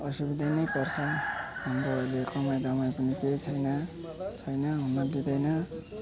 असुविधा नै पर्छ हाम्रो अहिले कमाइ धमाइ पनि केही छैन छैन हुन दिँदैन